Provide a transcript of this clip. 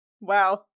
Wow